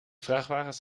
vrachtwagens